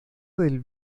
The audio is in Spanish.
del